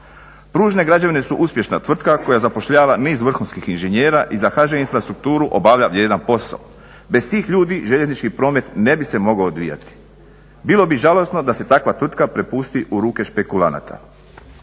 Pružne građevine su uspješna tvrtka koja zapošljava niz vrhunskih inženjera i za HŽ infrastrukturu obavlja vrijedan posao. Bez tih ljudi željeznički promet ne bi se mogao odvijati. Bilo bi žalosno da se takva tvrtka prepusti u ruke špekulanata.